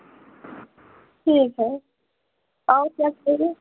ठीक है आओ च्वाइस कर लें